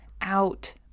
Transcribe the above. out